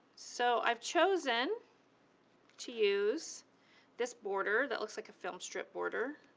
so i've chosen to use this border that looks like a film strip border.